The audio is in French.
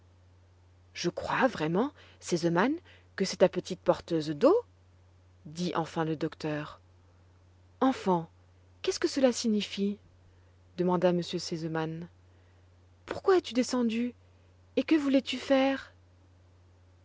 je crois vraiment sesemann que c'est ta petite porteuse d'eau dit enfin le docteur enfant qu'est-ce que cela signifie demanda m r sesemann pourquoi es-tu descendue et que voulais-tu faire